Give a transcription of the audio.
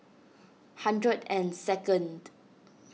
hundred and second